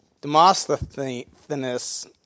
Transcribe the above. Demosthenes